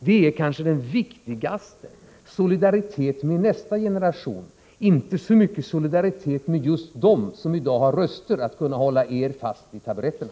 Det är kanske det viktigaste, alltså att visa solidaritet gentemot nästa generation — inte så mycket gentemot just dem som i dag har röster att kunna hålla er fast vid taburetterna.